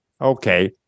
okay